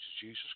Jesus